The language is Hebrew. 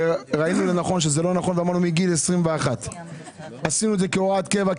ראינו לנכון שזה לא נכון ואמרנו מגיל 21. עשינו את זה כהוראת קבע,